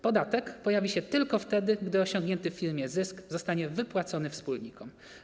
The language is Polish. Podatek pojawi się tylko wtedy, gdy osiągnięty w firmie zysk zostanie wypłacony wspólnikom.